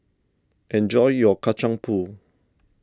enjoy your Kacang Pool